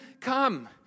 come